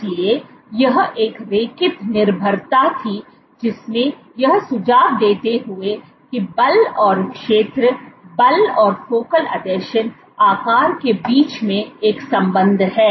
इसलिए यह एक रैखिक निर्भरता थी जिसमें यह सुझाव देते हुए कि बल और क्षेत्र बल और फोकल आसंजन आकार के बीच एक संबंध है